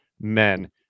men